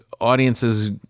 audiences